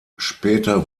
später